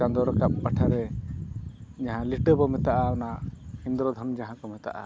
ᱪᱟᱸᱫᱚ ᱨᱟᱠᱟᱵ ᱯᱟᱦᱴᱟ ᱨᱮ ᱡᱟᱦᱟᱸ ᱞᱤᱴᱟᱹ ᱵᱚ ᱢᱮᱛᱟᱜᱼᱟ ᱚᱱᱟ ᱤᱱᱫᱨᱚ ᱫᱷᱩᱱ ᱡᱟᱦᱟᱸ ᱠᱚ ᱢᱮᱛᱟᱜᱼᱟ